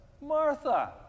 Martha